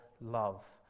love